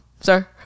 sir